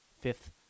fifth